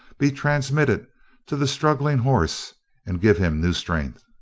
be transmitted to the struggling horse and give him new strength.